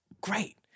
great